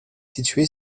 située